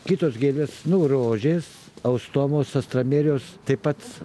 kitos gėlės nu rožės austomos astramerijos taip pat